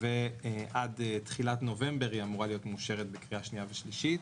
ועד תחילת נובמבר היא אמורה להיות מאושרת בקריאה שנייה ושלישית.